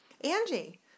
Angie